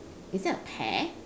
is there a pear